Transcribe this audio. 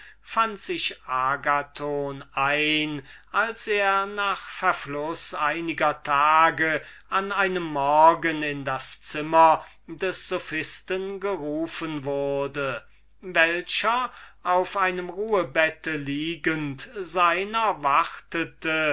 agathon ein als er nach verfluß einiger tage an einem morgen in das zimmer des sophisten gerufen wurde welcher auf einem ruhbette liegend seiner erwartete